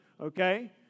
okay